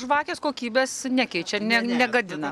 žvakės kokybės nekeičia ar ne negadina